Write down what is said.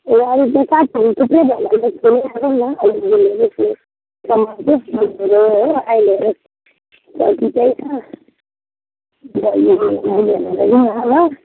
गाडी त सात फन्को त्यही भाइलाई भनी मागौँ न अहिले बोलेको छुइनँ नम्बर चाहिँ मेरो हो अहिले चाहिँ त्यही छ अन्त यो नानीहरूलाई लैजाऊ न ल